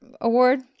award